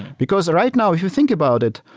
because right now if you think about it,